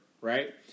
right